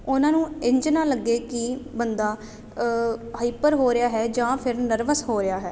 ਉਹਨਾਂ ਨੂੰ ਇੰਝ ਨਾ ਲੱਗੇ ਕਿ ਬੰਦਾ ਹਾਈਪਰ ਹੋ ਰਿਹਾ ਹੈ ਜਾਂ ਫਿਰ ਨਰਵਸ ਹੋ ਰਿਹਾ ਹੈ